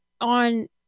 on